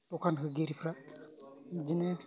दखान होगिरिफोरा बिदिनो